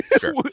Sure